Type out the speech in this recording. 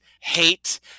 hate